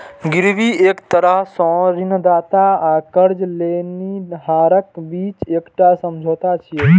गिरवी एक तरह सं ऋणदाता आ कर्ज लेनिहारक बीच एकटा समझौता छियै